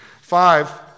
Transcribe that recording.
five